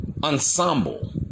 ensemble